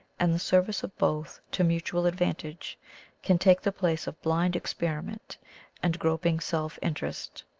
and the service of both to mutual advantage can take the place of blind experiment and groping self-interest.